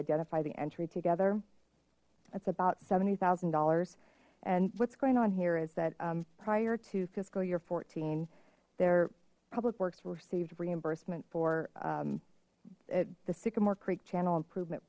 identify the entry together it's about seventy thousand dollars and what's going on here is that prior to fiscal year fourteen their public works received reimbursement for the sycamore creek channel improvement